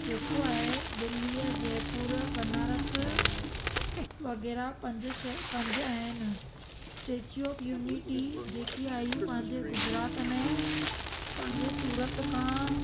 जेको आहे दिल्लीअ जे पूर्व बनारस वग़ैरह पंज शइ पंज आहिनि स्टेचू ऑफ यूनिटी जेकी आई हुई पंहिंजे गुजरात में पंहिंजे सूरत खां